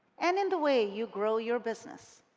and in the way you grow your business.